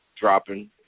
dropping